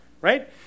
Right